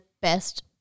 best